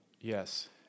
Yes